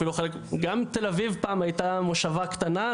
גם תל אביב הייתה פעם מושבה קטנה,